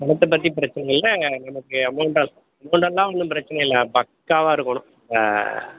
பணத்தைப் பற்றி பிரச்சின இல்லை நமக்கு அமௌண்ட்டாக அமௌண்ட்டெல்லாம் ஒன்றும் பிரச்சின இல்லை பக்காவாக இருக்கணும்